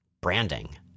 Branding